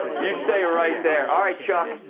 you stay ah right there. all right. chuck,